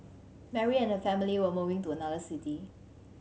Mary and her family were moving to another city